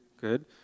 good